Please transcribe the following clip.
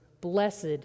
blessed